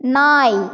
நாய்